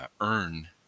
earn